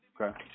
Okay